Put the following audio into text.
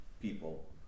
people